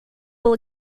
will